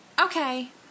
Okay